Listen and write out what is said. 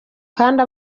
kandi